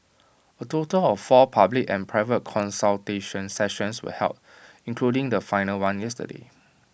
A total of four public and private consultation sessions were held including the final one yesterday